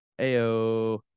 Ayo